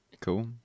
Cool